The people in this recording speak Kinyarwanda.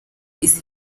izi